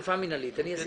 חוק קשה.